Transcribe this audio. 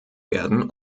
werden